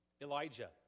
Elijah